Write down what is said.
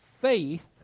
faith